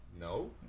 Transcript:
no